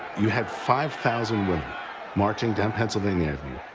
you had five thousand women marching down pennsylvania avenue.